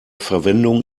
verwendung